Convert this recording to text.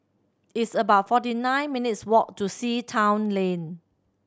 it's about forty nine minutes' walk to Sea Town Lane